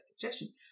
suggestion